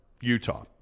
Utah